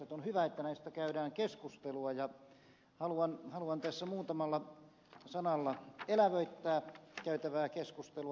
on hyvä että näistä käydään keskustelua ja haluan tässä muutamalla sanalla elävöittää käytävää keskustelua